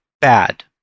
bad